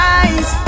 eyes